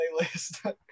playlist